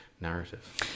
narrative